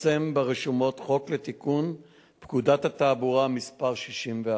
התפרסם ברשומות חוק לתיקון פקודת התעבורה (מס' 64),